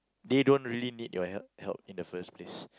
they don't really need your help help in the first place